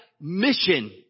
mission